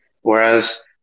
Whereas